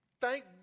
thank